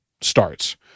starts